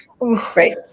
Right